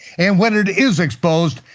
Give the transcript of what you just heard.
and when it is exposed,